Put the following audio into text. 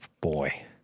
Boy